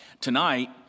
tonight